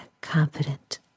confident